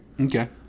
okay